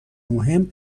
مهم